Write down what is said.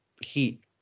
heat